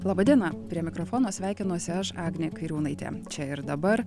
laba diena prie mikrofono sveikinuosi aš agnė kairiūnaitė čia ir dabar